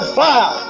fire